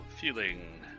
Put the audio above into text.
Feeling